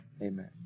Amen